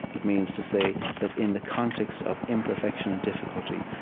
it means to say that in the context of imperfection and difficulty,